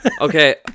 Okay